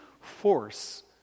force